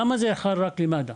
למה זה חל רק על מד"א?